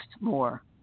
more